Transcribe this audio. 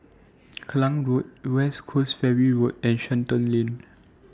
Klang Road West Coast Ferry Road and Shenton Lane